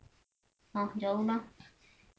uh jauh mah